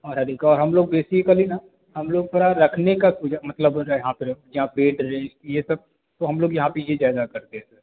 और अभी का हम लोग बेसिकली ना हम लोग थोड़ा रखने का सुजा मतलब यहाँ पर रहो जहाँ पर ये सब तो हम लोग यहाँ पर ये ज़्यादा करते हैं